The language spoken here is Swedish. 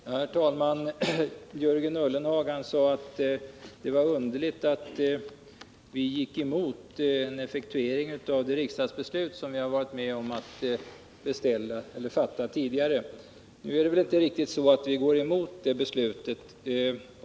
Herr talman! Jörgen Ullenhag sade att det var underligt att vi gick emot en effektuering av det riksdagbeslut som vi hade varit med om att fatta tidigare. Nu är det inte riktigt så att vi går emot det beslutet.